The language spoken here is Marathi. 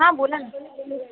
हां बोला ना